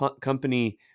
company